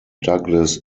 douglas